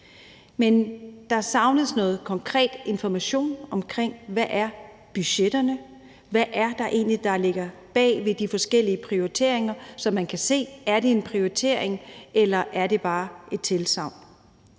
Men der savnes noget konkret information om, hvad budgetterne er. Hvad er det egentlig, der ligger bag ved de forskellige prioriteringer? Så kan man se, om det er en prioritering, eller om det bare er et tilsagn.